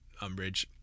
Umbridge